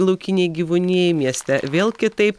laukinei gyvūnijai mieste vėl kitaip